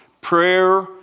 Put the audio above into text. Prayer